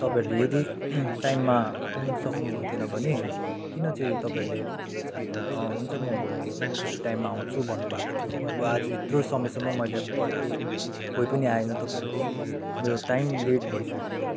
तपाईँहरूले यदि टाइममा आउनुसक्नु हुन्थेन भने किन चाहिँ तपाईँहरूले हुन्छ म भोलि यति टाइममा आउँछु भन्नुभएको थियो अब आज यत्रो समयसम्म मैले पर्खेँ कोही पनि आएर तपाईँहरूको मेरो टाइम लेट भइसक्यो